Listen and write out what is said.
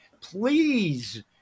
please